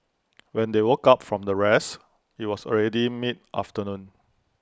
when they woke up from their rest IT was already mid afternoon